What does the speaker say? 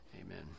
Amen